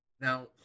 Now